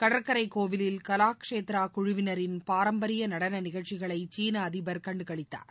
கடற்கரை கோவிலில் கலாச்சேத்திரா குழுவினரின் பாரம்பரிய நடன நிகழ்ச்சிகளை சீன அதிபர் கண்டுகளித்தார்